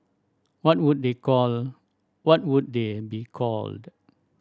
what would they called what would they be called